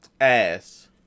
Ass